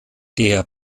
der